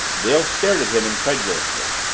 dale stared at him incredulously.